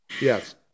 yes